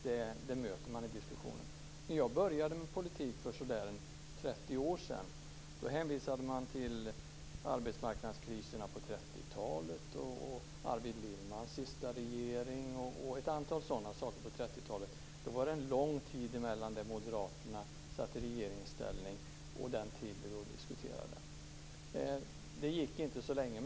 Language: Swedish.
Det påståendet möter man i diskussionen. När jag började med politik för så där en 30 år sedan hänvisade man till arbetsmarknadskriserna på 30-talet, Arvid Lindmans sista regering och ett antal sådana saker på 30-talet. Då var det en lång tid från det att Moderaterna satt i regeringsställning till den tid vi då diskuterade. Det gick inte så länge.